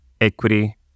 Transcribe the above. equity